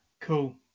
cool